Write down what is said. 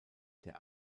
der